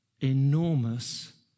enormous